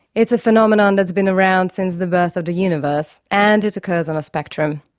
it's a phenomenon that's been around since the birth of the universe, and it occurs on a spectrum.